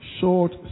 short